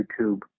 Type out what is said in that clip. YouTube